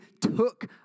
took